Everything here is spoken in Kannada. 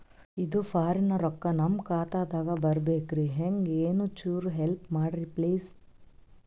ಇದು ಫಾರಿನ ರೊಕ್ಕ ನಮ್ಮ ಖಾತಾ ದಾಗ ಬರಬೆಕ್ರ, ಹೆಂಗ ಏನು ಚುರು ಹೆಲ್ಪ ಮಾಡ್ರಿ ಪ್ಲಿಸ?